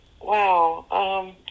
Wow